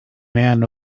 man